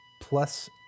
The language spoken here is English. Plus